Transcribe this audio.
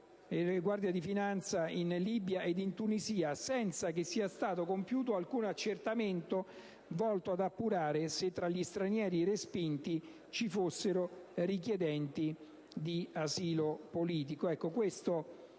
Guardia di finanza in Libia e in Tunisia, senza che sia stato compiuto alcun accertamento volto ad appurare se tra gli stranieri respinti ci fossero richiedenti asilo politico.